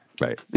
Right